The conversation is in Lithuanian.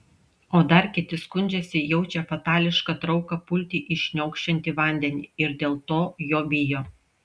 o dar kiti skundžiasi jaučią fatališką trauką pulti į šniokščiantį vandenį ir dėl to jo bijo